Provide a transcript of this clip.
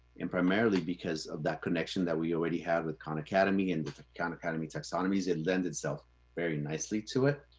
and primarily because of that connection that we already have with khan academy and khan academy taxonomies. it lends itself very nicely to it.